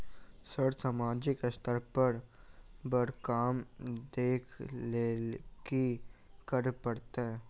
Sir सामाजिक स्तर पर बर काम देख लैलकी करऽ परतै?